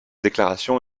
déclaration